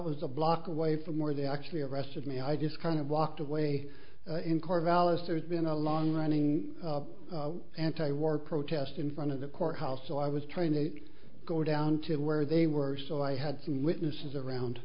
was a block away from where they actually arrested me i just kind of walked away in corvallis there's been a long running anti war protest in front of the courthouse so i was training go down to where they were so i had some witnesses around